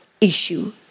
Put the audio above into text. issue